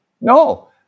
No